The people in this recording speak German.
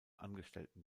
angestellten